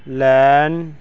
ਲੈਣ